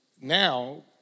now